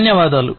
ధన్యవాదాలు